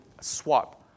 swap